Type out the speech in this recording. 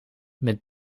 met